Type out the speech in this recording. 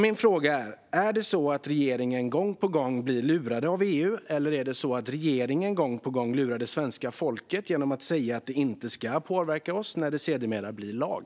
Min fråga är: Blir regeringen gång på gång lurad av EU, eller är det så att regeringen gång på gång lurar det svenska folket genom att säga att det inte ska påverka oss när det sedermera blir lag?